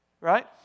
Right